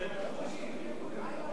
מה עם הבזבוזים?